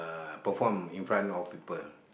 uh perform in front of people